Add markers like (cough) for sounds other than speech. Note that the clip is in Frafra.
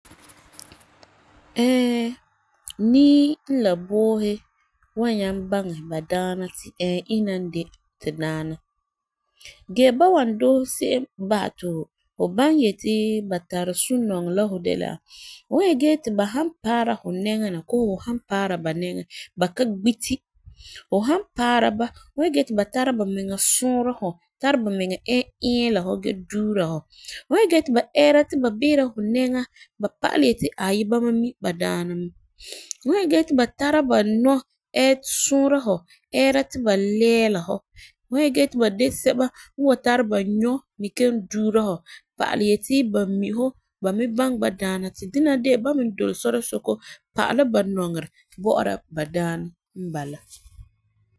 (hesitation) nii n la boohi wan nyaŋɛ baŋɛ badaana ti ɛɛ ina n de ti badaana. Gee ba wan doose se'em basɛ ti fu baŋɛ yeti ba tari suŋerɛ la hu de la hu wan nyɛ gee ti ba han paara hu nɛŋa na koo hu han paara ba nɛŋa na, ba ka gbeti. Hu han paara ba hu nyɛti gee ti ba tara bamiŋa sɔɔra hu, tara bamiŋa ɛɛ eela hu gee duula hu. Hu wan nyɛ gee ti ba ɛɛra ti ba behera hu nɛŋa, ba pa'alɛ yeti ba mi badaana mɛ. Hu wan nyɛ ti ba tara ba nɔ ɛɛ sɔɔra hu ɛɛra ti ba leela hu, hu wan nyɛ gee ti ba de sɛba n wan tara ba nyɔ mi kelum duura hu pa'alɛ yeti ba mi hu ba mi baŋɛ badaana ti dɛna de ba mi dɔle sɔrɔɔ sɛko pa'ala ba nɔŋerɛ bɔ'ɔra ba daana